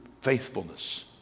faithfulness